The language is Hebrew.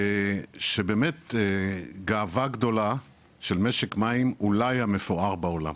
שבאמת גאווה גדולה של משק מים אולי המפואר בעולם,